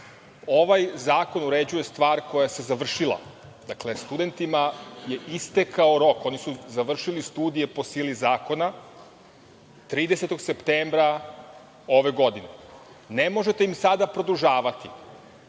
zakon uređuje stvar koja se završila. Dakle, studentima je istekao rok, oni su završili studije po sili zakona 30. septembra ove godine. Ne možete im sada produžavati,